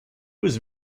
was